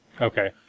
Okay